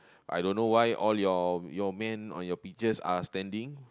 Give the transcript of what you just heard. I don't know why all your your man on your pictures are standing